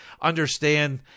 understand